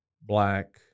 black